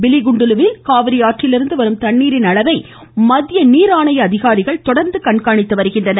பிலிகுண்டுலுவில் காவிரி ஆற்றிலிருந்து வரும் தண்ணின் அளவை மத்திய நீர் ஆணைய அதிகாரிகள் தொடர்ந்து கண்காணித்து வருகின்றனர்